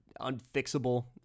unfixable